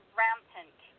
rampant